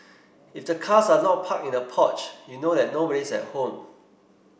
if the cars are not parked in the porch you know that nobody's at home